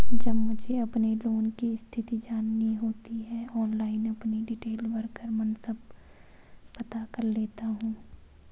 जब मुझे अपने लोन की स्थिति जाननी होती है ऑनलाइन अपनी डिटेल भरकर मन सब पता कर लेता हूँ